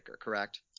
correct